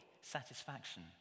satisfaction